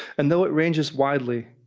and though it ranges widely,